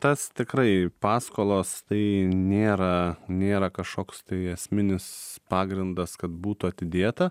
tas tikrai paskolos tai nėra nėra kažkoks tai esminis pagrindas kad būtų atidėta